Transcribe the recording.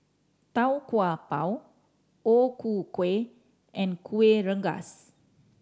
Tau Kwa Pau O Ku Kueh and Kuih Rengas